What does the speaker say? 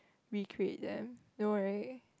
recreate them no right